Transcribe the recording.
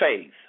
faith